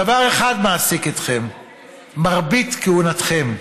דבר אחד מעסיק אתכם מרבית כהונתכם: